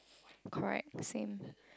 correct same